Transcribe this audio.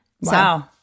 Wow